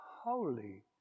holy